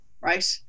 right